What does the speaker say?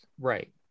Right